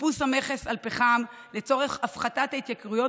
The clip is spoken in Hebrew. איפוס המכס על פחם לצורך הפחתת ההתייקרויות